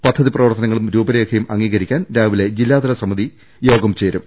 പദ്ധതി പ്രവർത്തനങ്ങളും രൂപരേഖയും അംഗീകരിക്കാൻ രാവിലെ ജില്ലാതല സമിതി യോഗം ചേരും